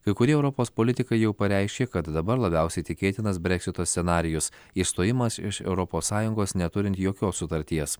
kai kurie europos politikai jau pareiškė kad dabar labiausiai tikėtinas breksito scenarijus išstojimas iš europos sąjungos neturint jokios sutarties